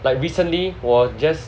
like recently 我 just